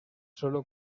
sólo